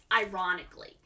ironically